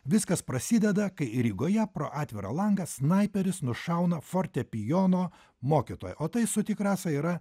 viskas prasideda kai rygoje pro atvirą langą snaiperis nušauna fortepijono mokytoją o tai sutik rasa yra